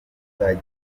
ubutaka